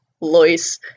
Lois